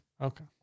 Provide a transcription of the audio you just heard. Okay